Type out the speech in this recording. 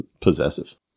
possessive